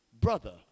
brother